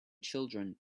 children